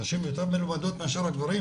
הנשים יותר משכילות מהגברים,